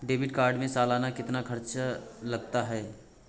Debit card में सालाना कितना खर्च लगता है?